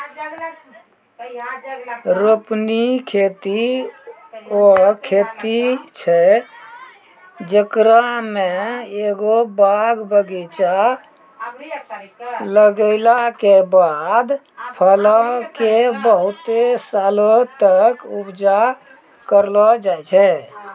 रोपनी खेती उ खेती छै जेकरा मे एगो बाग बगीचा लगैला के बाद फलो के बहुते सालो तक उपजा करलो जाय छै